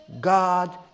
God